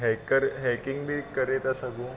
hacker hacking बि करे था सघूं